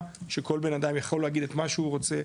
שכל בנאדם יכול להגיד את מה שהוא רוצה,